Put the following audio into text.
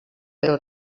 però